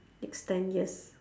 next ten years